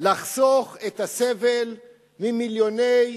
לחסוך את הסבל ממיליוני